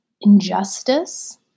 injustice